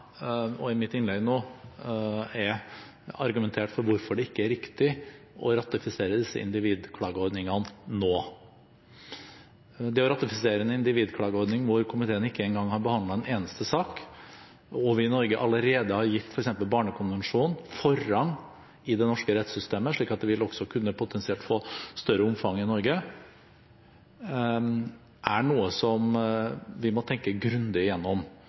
og i mitt innlegg er argumentert for hvorfor det ikke er riktig å ratifisere disse individklageordningene nå. Å ratifisere en individklageordning når komiteen ikke engang har behandlet en eneste sak og vi i Norge allerede har gitt f.eks. barnekonvensjonen forrang i det norske rettssystemet, slik at det potensielt også vil kunne få større omfang i Norge, er noe vi må tenke grundig igjennom.